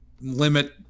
limit